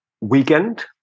weekend